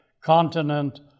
continent